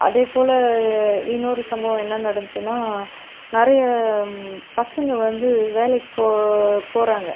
அதே போல் இன்னொரு சம்பவம் என்ன நடந்துச்சுனா நிறைய பசங்க வந்து வேலைக்கு போ போகறாங்க